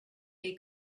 gay